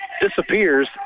disappears